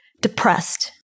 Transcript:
depressed